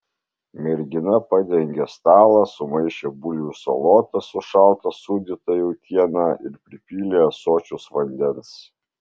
mergina padengė stalą sumaišė bulvių salotas su šalta sūdyta jautiena ir pripylė ąsočius vandens